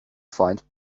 find